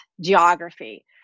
geography